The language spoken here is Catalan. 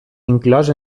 inclòs